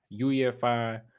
UEFI